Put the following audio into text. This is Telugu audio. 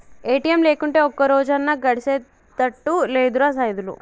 ఏ.టి.ఎమ్ లేకుంటే ఒక్కరోజన్నా గడిసెతట్టు లేదురా సైదులు